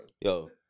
Yo